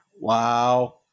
wow